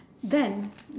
then